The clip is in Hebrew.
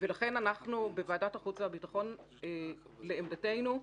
ולכן אנחנו, בוועדת החוץ והביטחון, לעמדתנו,